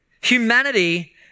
Humanity